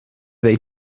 they